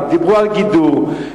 דיברו על גידור,